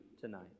tonight